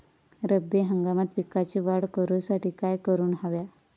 रब्बी हंगामात पिकांची वाढ करूसाठी काय करून हव्या?